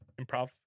improv